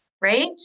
right